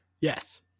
Yes